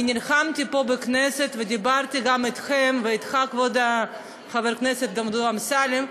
אני נלחמתי פה בכנסת ודיברתי גם אתכם ואתך כבוד חבר הכנסת דודו אמסלם,